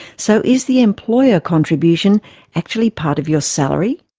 so is the employer contribution actually part of your salary?